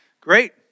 Great